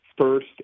first